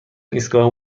ایستگاه